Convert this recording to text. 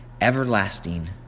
everlasting